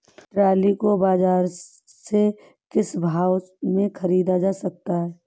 Trolley को बाजार से किस भाव में ख़रीदा जा सकता है?